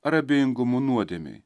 ar abejingumu nuodėmei